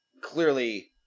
clearly